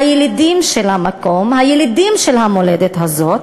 הילידים של המקום, הילידים של המולדת הזאת,